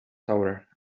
tower